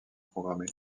programmée